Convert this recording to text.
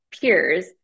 peers